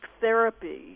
therapy